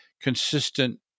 consistent